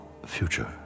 Future